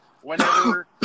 Whenever